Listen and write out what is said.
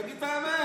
תגיד את האמת.